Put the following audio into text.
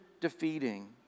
defeating